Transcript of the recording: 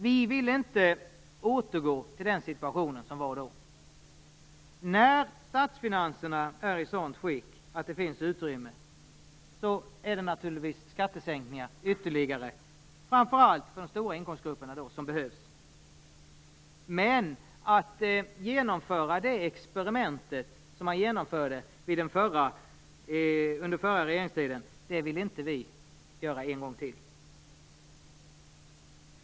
Vi vill inte återgå till den situation som rådde då. När statsfinanserna är i ett sådant skick att det finns utrymme är det naturligtvis skattesänkningar framför allt för de stora inkomstgrupperna som behövs. Men att genomföra det experiment som man genomförde under den borgerliga regeringsperioden vill vi inte göra en gång till.